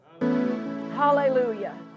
Hallelujah